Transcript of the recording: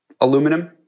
aluminum